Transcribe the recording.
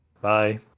Bye